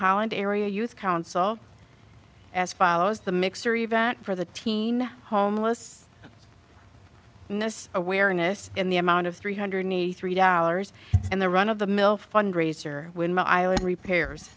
holland area youth council as follows the mixer event for the teen homeless and this awareness in the amount of three hundred eighty three dollars and the run of the mill fundraiser when my island repairs